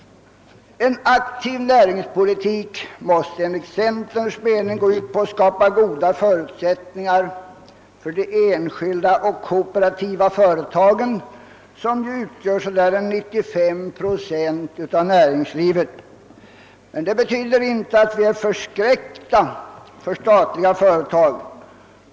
En aktiv näringspolitik måste enligt centerns mening gå ut på att skapa goda förutsättningar för de enskilda och kooperativa företagen, som utgör omkring 95 procent av näringslivet. Men det betyder inte att vi är förskräckta för statliga företag.